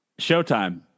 Showtime